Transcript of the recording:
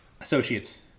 associates